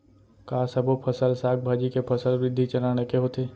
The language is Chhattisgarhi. का सबो फसल, साग भाजी के फसल वृद्धि चरण ऐके होथे?